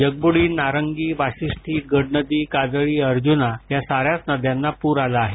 जगबुडी नारंगी वाशिष्ठी गडनदी काजळी अर्जुना या साऱ्याच नद्यांना पूर आला आहे